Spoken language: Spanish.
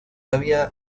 había